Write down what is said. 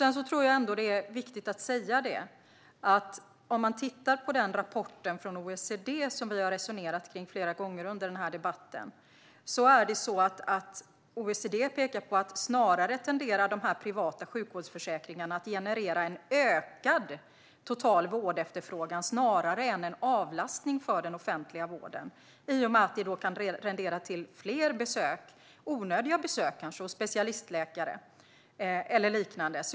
Sedan tror jag att det är viktigt att säga att OECD i den rapport som vi har resonerat kring flera gånger under denna debatt pekar på att de privata sjukvårdsförsäkringarna tenderar att generera en ökad total vårdefterfrågan snarare än en avlastning för den offentliga vården. De kan rendera i fler, kanske onödiga, besök hos specialistläkare eller liknande.